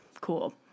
cool